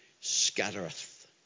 scattereth